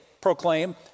proclaim